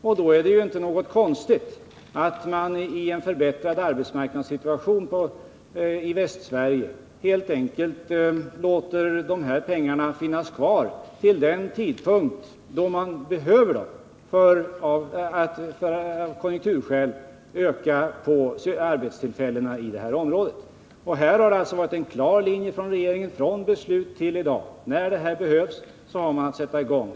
Därför är det inte konstigt att man i en situation när arbetsmarknadsläget i Västsverige förbättrats helt enkelt låter dessa pengar finnas kvar till en tidpunkt då man av konjunkturskäl behöver dem för att öka antalet arbetstillfällen i området. Det har alltså funnits en klar linje från regeringen — från beslutet till i dag: När fler arbetstillfällen behövs är det bara att sätta i gång.